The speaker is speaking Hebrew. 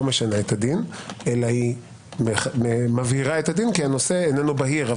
משנה את הדין אלא מבהירה אותו כי הנושא לא בהיר.